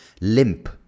limp